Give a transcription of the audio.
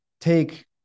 take